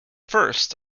first